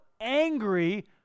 angry